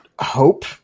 hope